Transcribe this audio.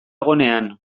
egonean